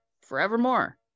forevermore